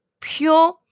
pure